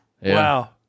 Wow